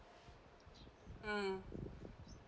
mm